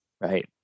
right